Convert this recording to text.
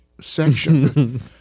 section